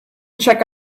check